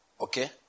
okay